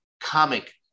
comic